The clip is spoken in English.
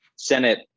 Senate